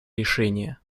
решения